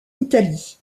italie